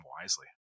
wisely